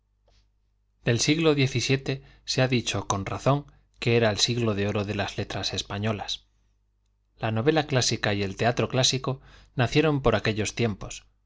del xvii ha dicho razón que era el siglo siglo se con de oro de las letras españolas la novela chisica y el teatro clásico nacieron por aquellos tiempos